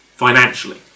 financially